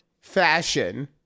fashion